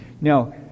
Now